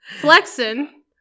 flexing